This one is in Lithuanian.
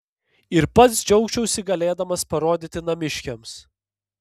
ir pats džiaugčiausi galėdamas parodyti namiškiams